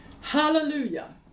Hallelujah